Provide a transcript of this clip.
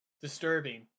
disturbing